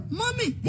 mommy